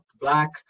black